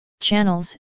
channels